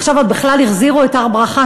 עכשיו עוד בכלל החזירו את הר-ברכה,